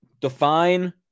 define